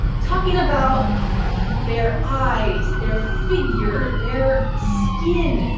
talking about their eyes, their figure, their skin.